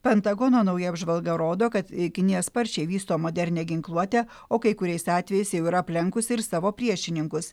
pentagono nauja apžvalga rodo kad kinija sparčiai vysto modernią ginkluotę o kai kuriais atvejais jau yra aplenkusi ir savo priešininkus